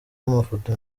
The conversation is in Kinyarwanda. amafoto